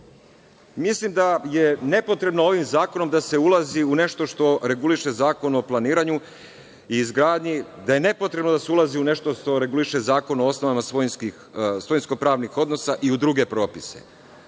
da je nepotrebno ovim zakonom da se ulazi u nešto što reguliše Zakon o planiranju i izgradnji, da je nepotrebno da se ulazi u nešto što reguliše Zakon o osnovama svojinsko-pravnih odnosa i u druge propise.